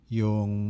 yung